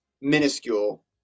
minuscule